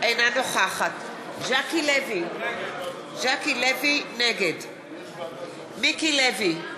אינה נוכחת ז'קי לוי, נגד מיקי לוי,